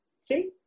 see